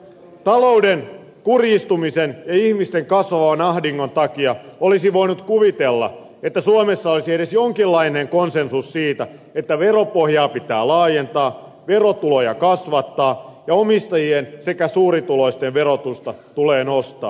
talouden kurjistumisen ja ihmisten kasvavan ahdingon takia olisi voinut kuvitella että suomessa olisi edes jonkinlainen konsensus siitä että veropohjaa pitää laajentaa verotuloja kasvattaa ja omistajien sekä suurituloisten verotusta tulee nostaa